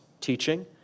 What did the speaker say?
teaching